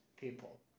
people